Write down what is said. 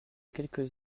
quelques